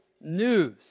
news